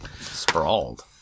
Sprawled